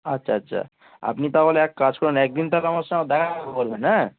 আচ্ছা আচ্ছা আপনি তাহলে এক কাজ করুন একদিন তাহলে আমার সঙ্গে দেখা করতে হ্যাঁ